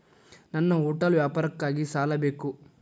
ನನ್ನ ಹೋಟೆಲ್ ವ್ಯಾಪಾರಕ್ಕಾಗಿ ಸಾಲ ಬೇಕು